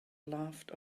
laughed